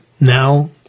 now